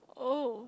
oh